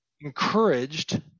encouraged